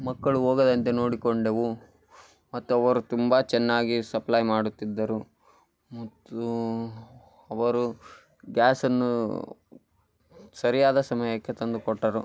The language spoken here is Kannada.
ಮಕ್ಕಳು ಹೋಗದಂತೆ ನೋಡಿಕೊಂಡೆವು ಮತ್ತು ಅವರು ತುಂಬ ಚೆನ್ನಾಗಿ ಸಪ್ಲೈ ಮಾಡುತ್ತಿದ್ದರು ಮತ್ತು ಅವರು ಗ್ಯಾಸನ್ನು ಸರಿಯಾದ ಸಮಯಕ್ಕೆ ತಂದುಕೊಟ್ಟರು